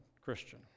Christian